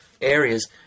areas